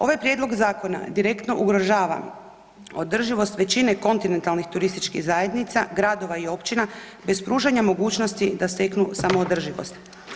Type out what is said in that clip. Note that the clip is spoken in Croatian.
Ovaj prijedlog zakona direktno ugrožava održivost većine kontinentalnih turističkih zajednica, gradova i općina bez pružanja mogućnosti da steknu samoodrživost.